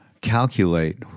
calculate